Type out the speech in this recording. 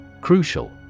Crucial